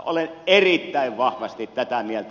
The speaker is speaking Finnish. olen erittäin vahvasti tätä mieltä